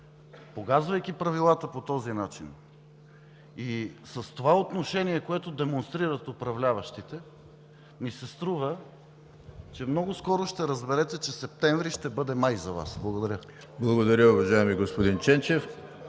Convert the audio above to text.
Погазвайки правилата по този начин и с това отношение, което демонстрират управляващите, ми се струва, че много скоро ще разберете, че септември ще бъде май за Вас. Благодаря. ПРЕДСЕДАТЕЛ ЕМИЛ ХРИСТОВ: Благодаря, уважаеми господин Ченчев.